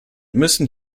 müssen